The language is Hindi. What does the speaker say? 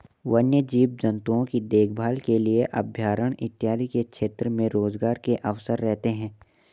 वन्य जीव जंतुओं की देखभाल के लिए अभयारण्य इत्यादि के क्षेत्र में रोजगार के अवसर रहते हैं